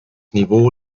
niveau